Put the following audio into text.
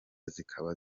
zikaba